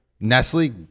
Nestle